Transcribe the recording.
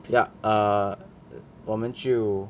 yup err 我们就